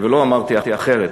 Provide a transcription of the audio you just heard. ולא אמרתי אחרת.